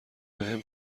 بهم